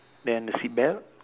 then the seat belt